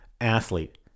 athlete